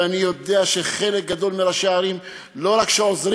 ואני יודע שחלק גדול מראשי הערים לא רק שעוזרים